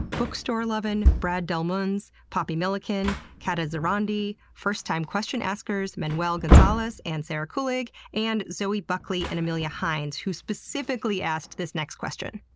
bookstore-lovin' brad del munns, poppy milliken, kata zara ndy, first-time question-askers manuel gonza lez and sarah kulig, and zoe buckley and amelia heins, who specifically asked this next question.